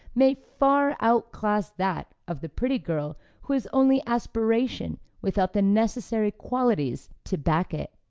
may far outclass that of the pretty girl who has only aspiration without the necessary qualities to back it.